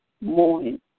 morning